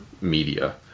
media